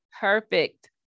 perfect